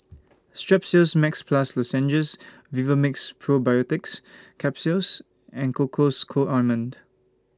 Strepsils Max Plus Lozenges Vivomixx Probiotics Capsule and Cocois Co Ointment